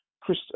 Chris